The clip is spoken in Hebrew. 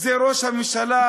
זה ראש הממשלה,